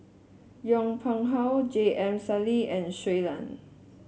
Yong Pung How J M Sali and Shui Lan